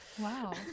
wow